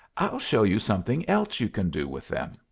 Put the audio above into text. i'll show you something else you can do with them.